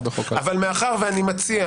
אבל מאחר ואני מציע